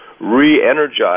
re-energize